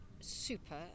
super